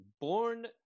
born